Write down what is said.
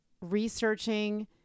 researching